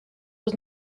was